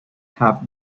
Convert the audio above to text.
have